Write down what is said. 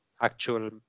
actual